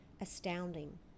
astounding